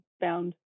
found